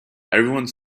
everyone